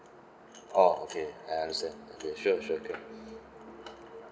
orh okay I understand okay sure sure can